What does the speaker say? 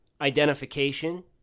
identification